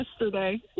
yesterday